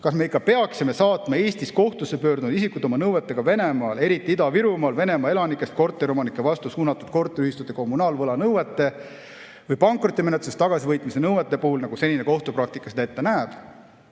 kas me ikka peaksime saatma Eestis kohtusse pöördunud isikud oma nõuetega Venemaale, eriti Ida-Virumaal Venemaa elanikest korteriomanike vastu suunatud korteriühistute kommunaalvõlanõuete või pankrotimenetluses tagasivõitmise nõuete puhul, nagu senine kohtupraktika seda ette näeb.